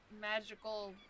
magical